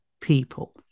people